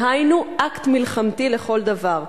דהיינו, אקט מלחמתי לכל דבר,